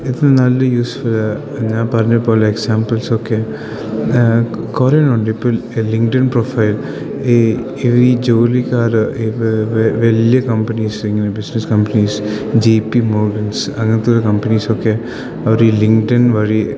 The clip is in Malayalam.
ഇത് നല്ല യൂസ് ഞാൻ പറഞ്ഞത് പോലെ എക്സാമ്പിൾസൊക്കെ കുറേ ഉണ്ട് ഇപ്പം ലിങ്ക്ഡ് ഇൻ പ്രൊഫൈൽ ഈ ഈ ജോലിക്കാർ ഈ വലിയ കമ്പനീസ് ഇങ്ങനെ business companies G P models അങ്ങനത്തെ കമ്പനീസൊക്കെ അവർ ലിങ്ക്ഡ് ഇൻ വഴി